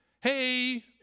hey